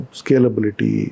scalability